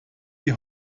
die